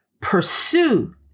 pursue